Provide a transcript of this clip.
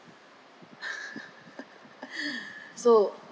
so